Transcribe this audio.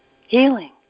Healing